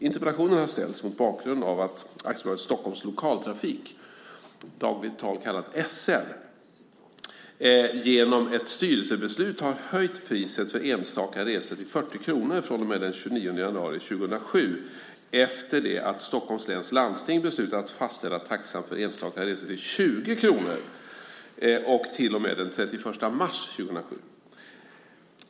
Interpellationen har ställts mot bakgrund av att AB Storstockholms Lokaltrafik, i dagligt tal kallat SL, genom ett styrelsebeslut har höjt priset för enstaka resor till 40 kronor från och med den 29 januari 2007 efter det att Stockholms läns landsting beslutat att fastställa taxan för enstaka resor till 20 kronor till och med den 31 mars 2007.